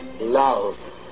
Love